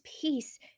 peace